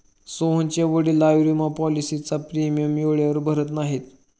सोहनचे वडील आयुर्विमा पॉलिसीचा प्रीमियम वेळेवर भरत नाहीत